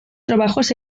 trabajos